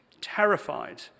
terrified